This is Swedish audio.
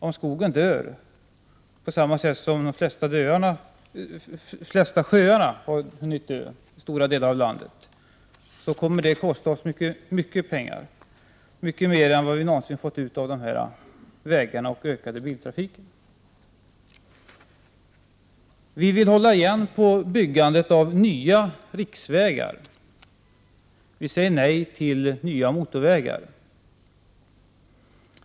Om skogen dör, på samma sätt som de flesta sjöarna i stora delar av landet har hunnit dö, så kommer det att kosta oss mycket pengar — mycket mer än vad vi någonsin får ut av de här vägarna och den ökade biltrafiken. Vi vill hålla igen på byggandet av nya riksvägar, och vi säger nej till nya motorvägar.